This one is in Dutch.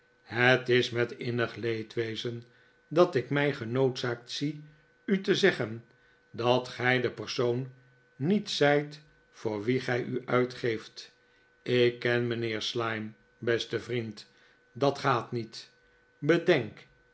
het is met innig leedwezen dat ik mij genoodzaakt zie u te zeggen dat gij de persoon niet zijt voor wien gij u uitgeeft ik p ken mijnheer slyme beste vriend dat gaat niet bedenk